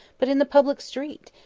but in the public street!